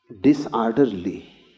disorderly